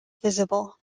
visible